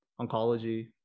oncology